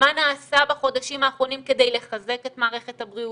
מה נעשה בחודשים האחרונים כדי לחזק את מערכת הבריאות.